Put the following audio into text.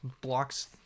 blocks